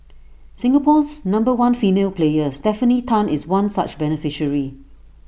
Singapore's number one female player Stefanie Tan is one such beneficiary